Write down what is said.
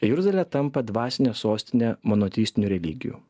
jeruzalė tampa dvasine sostine monoteistinių religijų